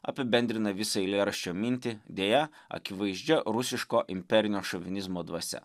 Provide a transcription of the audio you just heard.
apibendrina visą eilėraščio mintį deja akivaizdžia rusiško imperinio šovinizmo dvasia